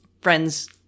friends